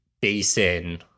basin